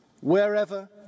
wherever